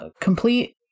complete